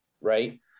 right